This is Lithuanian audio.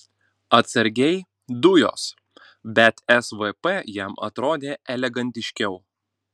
atsargiai dujos bet svp jam atrodė elegantiškiau